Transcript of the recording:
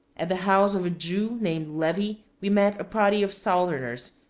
at the house of a jew named levy we met a party of southerners,